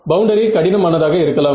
boundary கடினம் ஆனதாக இருக்கலாம்